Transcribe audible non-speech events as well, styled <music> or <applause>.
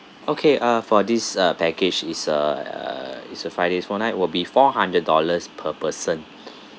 okay uh for this uh package is a a is a five days four nights will be four hundred dollars per person <breath>